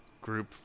group